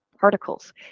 particles